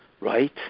right